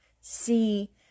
see